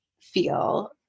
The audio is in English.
feel